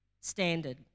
standard